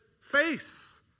face